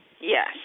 Yes